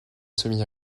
semi